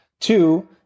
Two